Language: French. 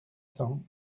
cents